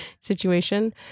situation